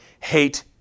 hate